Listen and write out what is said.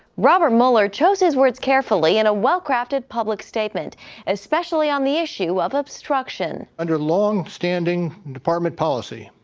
robert mueller chose his words carefully in a well crafted public statement especially on the issue of obstruction. under longstanding department policy,